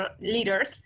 leaders